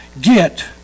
get